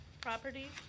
property